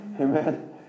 Amen